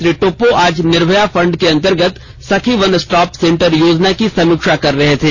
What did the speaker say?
श्री टोप्पो आज निर्भया फण्ड के अंतर्गत सखी वन स्टॉप सेंटर योजना की समीक्षा कर रहे थे